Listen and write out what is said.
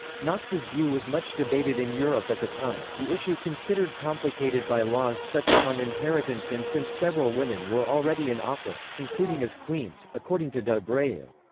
knox's view was much debated in europe at the time, the issue considered complicated by laws such as on inheritance and since several women were already in office, including as queens, according to de abreu.